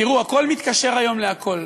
תראו, הכול מתקשר היום לכול.